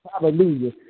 Hallelujah